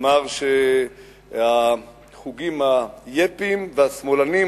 ואמר שהחוגים היאפיים והשמאלניים,